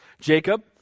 Jacob